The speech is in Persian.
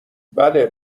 بله